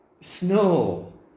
snow